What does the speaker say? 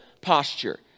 posture